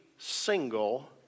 single